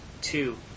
two